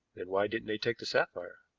then why didn't they take the sapphire?